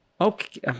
Okay